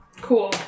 Cool